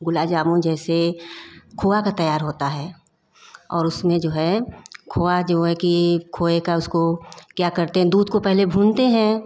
गुलाब जामुन जैसे खोया का तैयार होता है और उसमें जो है खोया जो है कि खोए का उसको क्या करते दूध को पहले भूनते हैं